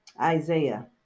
Isaiah